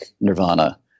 Nirvana